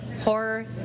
Horror